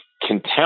contempt